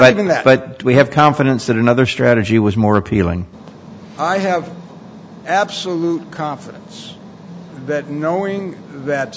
than that but we have confidence that another strategy was more appealing i have absolute confidence that